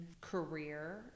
career